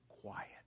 quiet